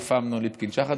האלוף אמנון ליפקין-שחק,